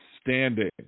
standing